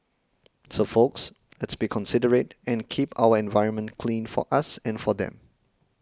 so folks let's be considerate and keep our environment clean for us and for them